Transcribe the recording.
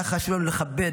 היה חשוב לכבד